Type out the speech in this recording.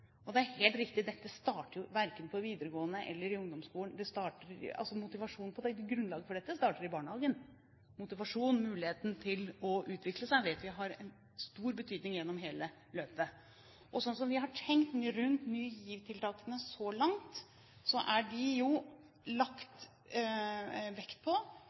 Det er helt riktig at dette verken starter på videregående eller i ungdomsskolen. Grunnlaget for motivasjonen starter i barnehagen. Motivasjon og mulighet til å utvikle seg vet vi har stor betydning gjennom hele løpet. Som vi har tenkt om Ny GIV-tiltakene så langt, er det f.eks. lagt vekt på